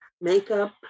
makeup